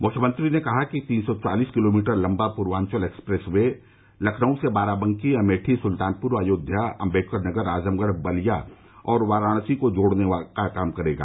मुख्यमंत्री ने कहा कि तीन सौ चालीस किलोमीटर लम्बा पूर्वांचल एक्सप्रेस वे लखनऊ से बाराबकी अमेठी सुल्तानपुर अयोध्या अम्बेडकर नगर आजमगढ़ बलिया और वाराणसी को जोड़ने का काम करेगा